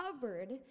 covered